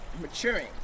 maturing